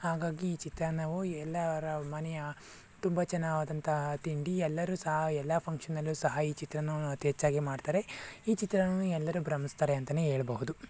ಹಾಗಾಗಿ ಈ ಚಿತ್ರಾನ್ನವು ಎಲ್ಲರ ಮನೆಯ ತುಂಬ ಚೆನ್ನವಾದಂತಹ ತಿಂಡಿ ಎಲ್ಲರೂ ಸಹ ಎಲ್ಲ ಫಂಕ್ಷನಲ್ಲೂ ಸಹ ಈ ಚಿತ್ರಾನ್ನವನ್ನು ಅತಿ ಹೆಚ್ಚಾಗಿ ಮಾಡ್ತಾರೆ ಈ ಚಿತ್ರಾನ್ನವನ್ನು ಎಲ್ಲರು ಭ್ರಮಸ್ತಾರೆ ಅಂತಲೇ ಹೇಳ್ಬೋದು